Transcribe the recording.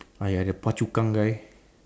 !aiya! the phua-chu-kang guy